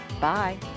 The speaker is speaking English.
Bye